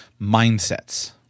mindsets